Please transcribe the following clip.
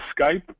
Skype